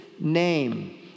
name